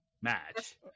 match